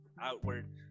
outward